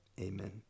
Amen